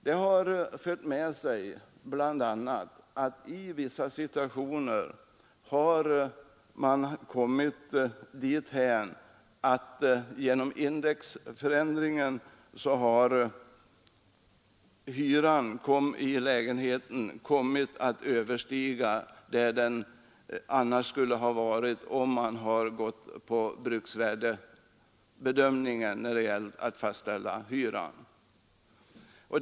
Det har fört med sig att man i vissa situationer kommit dithän att hyran i lägenheten genom indexregleringen kommit att bli högre än vad den skulle ha blivit om man hade tillämpat bruksvärdesbedömningen vid fastställandet av hyran.